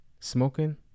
Smoking